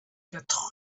quatre